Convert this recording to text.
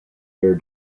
their